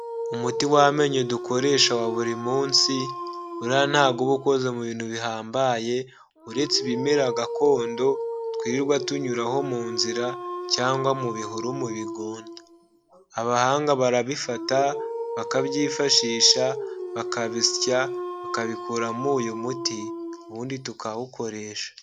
Umuti w'amenyo dukoresha wa buri munsi, buriya ntabwo uba ukoze mu bintu bihambaye, uretse ibimera gakondo, twirirwa tunyuraho mu nzira cyangwa mu bihuru mu bigunda, abahanga barabifata bakabyifashisha, bakabisya, bakabikuramo uyu muti, ubundi tukawukoresha.